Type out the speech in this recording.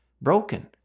broken